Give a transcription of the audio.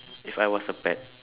if I was a pet